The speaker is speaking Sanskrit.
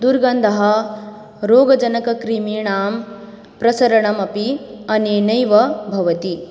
दुर्गन्धः रोगजनकक्रिमीणां प्रसारणमपि अनेनैव भवति